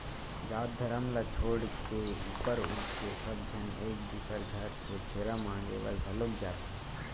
जात धरम ल छोड़ के ऊपर उठके सब झन एक दूसर घर छेरछेरा मागे बर घलोक जाथे